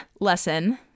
lesson